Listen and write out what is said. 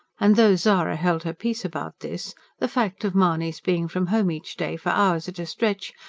and though zara held her peace about this the fact of mahony's being from home each day, for hours at a stretch,